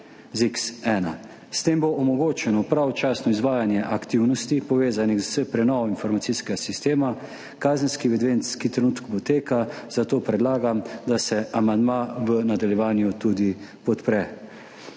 S tem bo omogočeno pravočasno izvajanje aktivnosti, povezanih s prenovo informacijskega sistema kazenskih evidenc, ki trenutno poteka, zato predlagam, da se amandma v nadaljevanju tudi podpre.